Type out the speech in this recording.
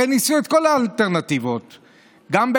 הרי ניסו את כל האלטרנטיבות.